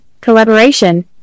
collaboration